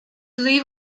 live